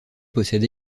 possède